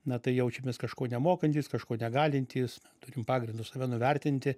na tai jaučiamės kažko nemokantys kažko negalintys turim pagrindo save nuvertinti